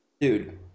Dude